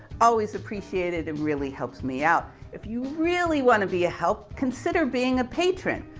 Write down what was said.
always appreciated and really helps me out. if you really want to be a help consider being a patron,